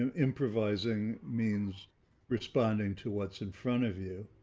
um improvising means responding to what's in front of you.